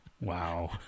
Wow